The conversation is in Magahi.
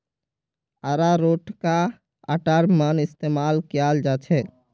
अरारोटका आटार मन इस्तमाल कियाल जाछेक